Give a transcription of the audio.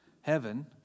Heaven